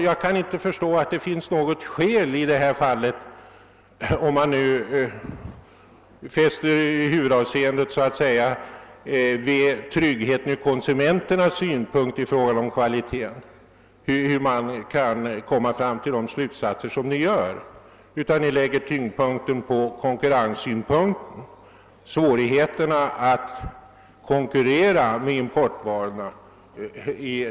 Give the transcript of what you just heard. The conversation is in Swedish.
Jag kan inte förstå hur reservanterna kan komma fram till de slutsatser de gör, då de säger att huvudvikten är att tillgodose konsumenternas krav på samma kvalitet på importvarorna som på de varor vi exporterar. Men i själva verket ligger ju huvudvikten vid konkurrenssynpunkten och svårigheterna att konkurrera med importvarorna.